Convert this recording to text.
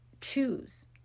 choose